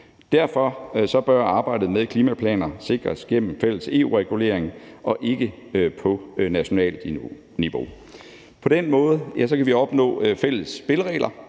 Derfor bør arbejdet med klimaplaner sikres gennem fælles EU-regulering og ikke på nationalt niveau. På den måde kan vi opnå fælles spilleregler